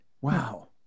Wow